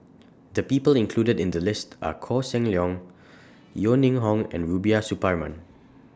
The People included in The list Are Koh Seng Leong Yeo Ning Hong and Rubiah Suparman